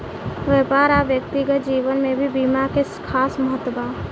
व्यापार आ व्यक्तिगत जीवन में भी बीमा के खास महत्व बा